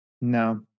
no